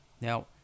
now